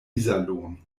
iserlohn